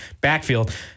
backfield